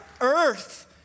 earth